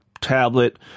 tablet